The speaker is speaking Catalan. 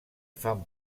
fan